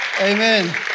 Amen